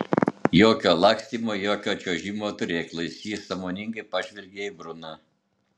jokio lakstymo jokio čiuožimo turėklais jis sąmoningai pažvelgė į bruną